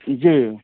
जी